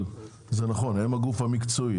זה נכון, הם הגוף המקצועי.